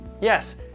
Yes